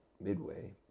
Midway